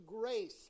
grace